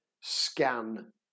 scan